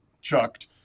chucked